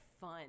fun